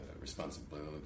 responsibility